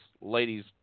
ladies